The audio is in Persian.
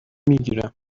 میگیرم